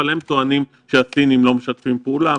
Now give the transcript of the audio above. אבל הם טוענים שהסינים לא משתפים פעולה,